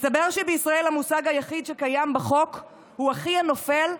מסתבר שבישראל המושג היחיד שקיים בחוק הוא "אחיי הנופל"